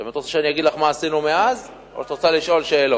את רוצה שאני אגיד לך מה עשינו מאז או שאת רוצה לשאול שאלות?